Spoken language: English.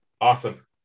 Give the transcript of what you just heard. Awesome